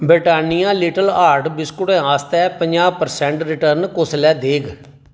Britannia little heart बिस्कुटें आस्तै पंजाह् परसैंट रिटर्न कुसलै देग